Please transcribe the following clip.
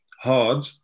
hard